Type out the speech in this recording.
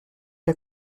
der